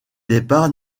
départs